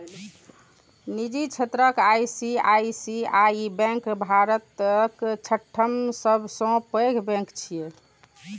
निजी क्षेत्रक ICICI bank भारतक छठम सबसं पैघ बैंक छियै